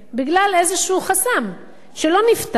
בגלל איזשהו חסם שלא נפתר,